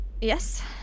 Yes